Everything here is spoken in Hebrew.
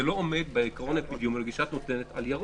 זה לא עומד בעיקרון האפידמיולוגי שאת נותנת על ירוק.